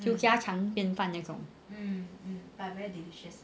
就家常便饭那种